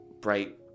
bright